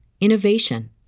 innovation